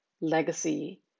legacy